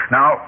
Now